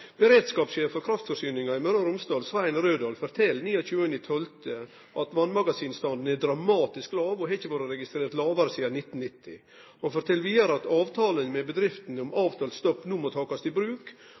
for kraftforsyninga i Møre og Romsdal, Svein Rødal, fortalde den 29. desember at vassmagasinstanden er dramatisk låg og ikkje har vore registrert lågare sidan 1990. Han fortalde vidare at avtalene med bedriftene om